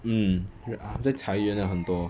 hmm re~ 这裁员的很多